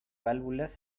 válvulas